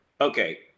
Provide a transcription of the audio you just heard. okay